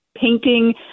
painting